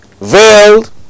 veiled